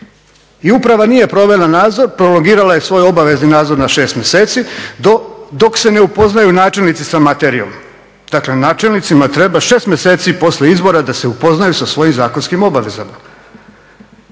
I uprava nije provela nadzor, prolongirala je svoj obavezni nadzor na 6 mjeseci dok se ne upoznaju načelnici sa materijom. Dakle, načelnicima treba 6 mjeseci poslije izbora da se upoznaju sa svojim zakonskim obavezama.